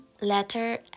letter